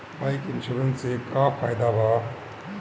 Bike insurance से का फायदा बा?